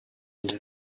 into